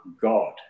God